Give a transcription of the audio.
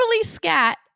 scat